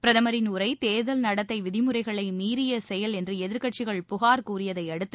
பிரதமரின் உரை தேர்தல் நடத்தை விதிமுறைகளை மீறிய செயல் என்று எதிர்க்கட்சிகள் புகார் கூறியதையடுத்து